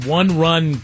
one-run